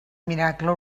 miracle